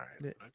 right